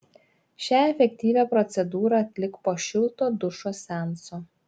šią efektyvią procedūrą atlik po šilto dušo seanso